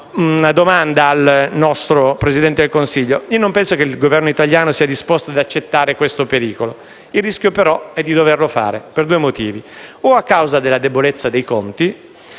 una domanda al nostro Presidente del Consiglio. Io non penso che il Governo italiano sia disposto ad accettare questo pericolo, ma il rischio è di doverlo fare per due motivi: o a causa della debolezza dei conti